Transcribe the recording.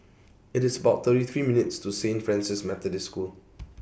IT IS about thirty three minutes' to Saint Francis Methodist School